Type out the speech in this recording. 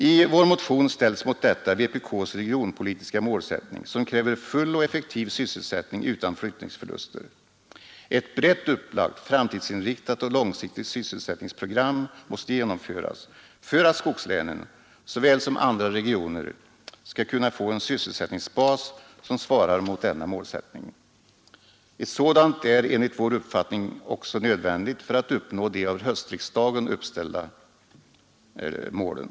I vår motion ställs mot detta vpk:s regionpolitiska målsättning, som kräver full och effektiv sysselsättning utan flyttningsförluster. Ett brett upplagt, framtidsinriktat och långsiktigt sysselsättningsprogram måste genomföras för att skogslänen, såväl som andra regioner, skall kunna få en sysselsättningsbas som svarat emot denna målsättning. Ett sådant är enligt vår uppfattning också nödvändigt för att uppnå de av höstriksdagen uppställda målen.